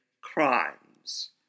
crimes